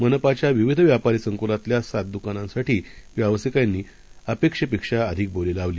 मनपाच्या विविध व्यापारी संकुलातील सात दुकानांसाठी व्यावसायिकांनी अपेक्षेपेक्षा अधिक बोली लावली